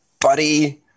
buddy